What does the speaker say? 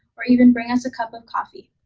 or even bring us a cup of coffee.